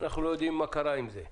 אנחנו לא יודעים מה קרה עם זה.